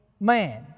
man